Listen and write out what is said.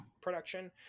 production